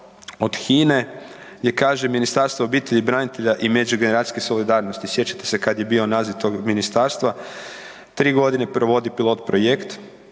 od HINA-e gdje kaže „Ministarstvo obitelji, branitelja i međugeneracijske solidarnosti“, sjećate se kada je bio naziv tog ministarstva „tri godine provodi pilot projekt“,